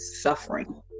suffering